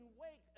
wait